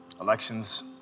Elections